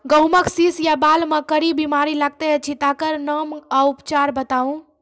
गेहूँमक शीश या बाल म कारी बीमारी लागतै अछि तकर नाम आ उपचार बताउ?